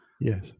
Yes